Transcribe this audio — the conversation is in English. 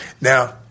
Now